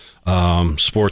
Sports